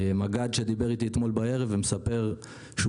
מג"ד שדיבר איתי אתמול בערב ומספר שהוא